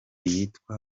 yitwa